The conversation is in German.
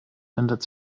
ändert